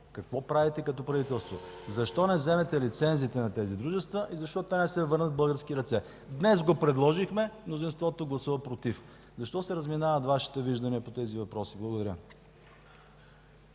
какво правите като правителство? Защо не вземете лицензите на тези дружества и защо те не се върнат в български ръце? Днес го предложихме, мнозинството гласува „против”. Защо се разминават Вашите виждания по тези въпроси? Благодаря.